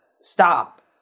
stop